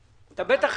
העיקר זה מירון.